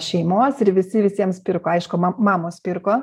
šeimos ir visi visiems pirko aišku mamos pirko